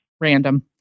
Random